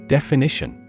Definition